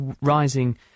rising